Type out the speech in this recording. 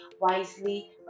wisely